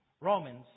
Romans